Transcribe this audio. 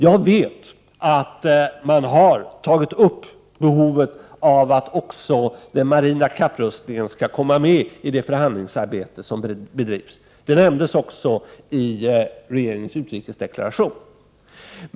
Jag vet att man har tagit upp behovet av att även frågan om den marina kapprustningen skall komma med i det förhandlingsarbete som bedrivs. Det nämndes också i regeringens utrikesdeklaration.